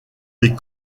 des